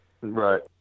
right